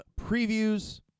previews